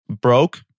Broke